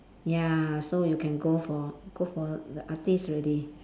ya so you can go for go for the artist already